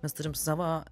mes turim savo